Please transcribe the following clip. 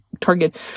target